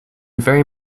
very